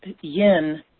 yin